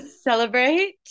Celebrate